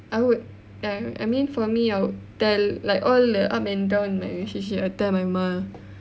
I would li~ I mean for me I'd tell like all the up and down in my relationship I tell my ma